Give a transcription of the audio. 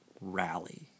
rally